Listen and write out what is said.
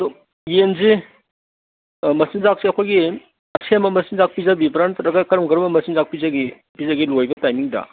ꯑꯗꯨ ꯌꯦꯟꯁꯦ ꯃꯆꯤꯟꯖꯥꯛꯁꯦ ꯑꯩꯈꯣꯏꯒꯤ ꯑꯁꯦꯝꯕ ꯃꯆꯤꯟꯖꯥꯛ ꯄꯤꯖꯕꯤꯕ꯭ꯔꯥ ꯅꯠꯇ꯭ꯔꯒ ꯀꯔꯝ ꯀꯔꯝꯕ ꯃꯆꯤꯟꯖꯥꯛ ꯄꯤꯖꯒꯦ ꯄꯤꯖꯒꯦ ꯂꯣꯏꯕ ꯇꯥꯏꯃꯤꯡꯗ